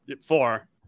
four